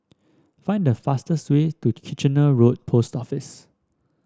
find the fastest way to Kitchener Road Post Office